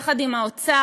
יחד עם האוצר,